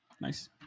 nice